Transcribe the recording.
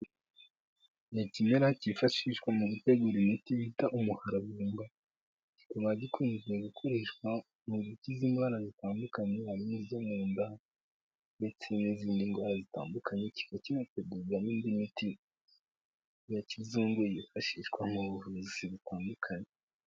Ni ikimera cyifashishwa mu gutegura imiti bita umuharavumba, kikaba gikunze gukoreshwa mu gukiza indwara zitandukanye, harimo izo mu nda ndetse n'izindi ndwara zitandukanye, kikaba kinategurwa n'indi miti ya kizungu yifashishwa mu buvuzi butandukanye.